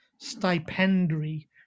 stipendary